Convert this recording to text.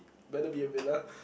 better be a villa